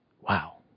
Wow